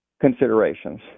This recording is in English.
considerations